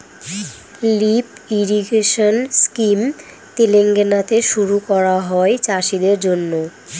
lift irrigation scheme তেলেঙ্গানাতে শুরু করা হয় চাষীদের জন্য